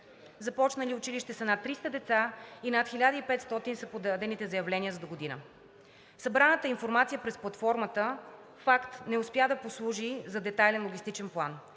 Започнали са училище над 300 деца и над 1500 са подадените заявления за догодина. Събраната информация през платформата – факт, не успя да послужи за детайлен логистичен план,